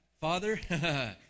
Father